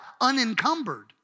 unencumbered